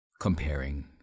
comparing